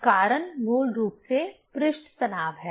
तो कारण मूल रूप से पृष्ठ तनाव है